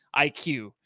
IQ